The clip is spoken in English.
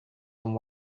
from